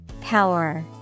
Power